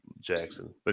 Jackson